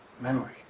memory